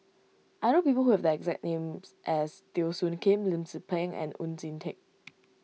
I know people who have the exact names as Teo Soon Kim Lim Tze Peng and Oon Jin Teik